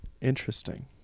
Interesting